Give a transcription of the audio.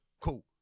cool